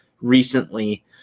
recently